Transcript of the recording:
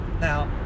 Now